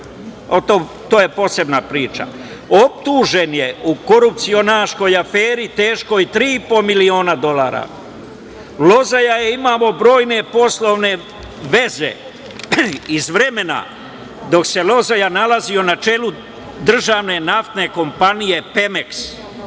to je posebna priča, optužen je u korupcionaškoj aferi teškoj tri i po miliona dolara. Lozoja je, imamo brojne poslovne veze, iz vremena dok se Lozoja nalazio na čelu državne naftne kompanije „Pemeks“,